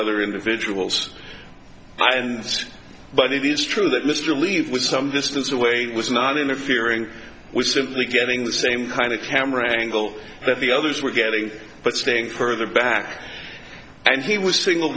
other individuals and but it is true that mr leave was some distance away was not interfering with simply getting the same kind of camera angle that the others were getting but staying for the back and he was single